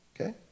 okay